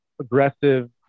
aggressive